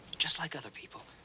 just like other people.